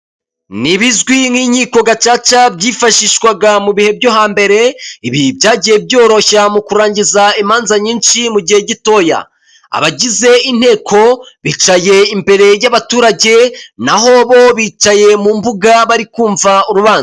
Ni ibizwi nk'Inkiko Gacaca byifashishwaga mu bihe byo hambere, ibi byagiye byoroshya mu kurangiza imanza nyinshi mu gihe gitoya. Abagize inteko bicaye imbere y'abaturage naho bo bicaye mu mbuga bari kumva urubanza.